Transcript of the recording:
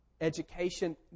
education